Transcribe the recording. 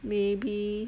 maybe